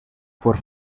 por